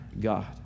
God